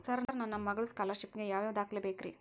Sir ನನ್ನ ಮಗ್ಳದ scholarship ಗೇ ಯಾವ್ ಯಾವ ದಾಖಲೆ ಬೇಕ್ರಿ?